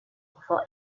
for